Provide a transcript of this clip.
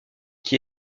qui